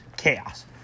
chaos